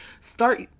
start